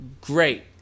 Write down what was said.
great